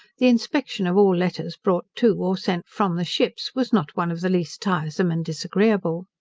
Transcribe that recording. the inspection of all letters brought to, or sent from the ships, was not one of the least tiresome and disagreeable.